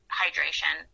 hydration